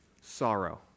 Sorrow